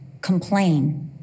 complain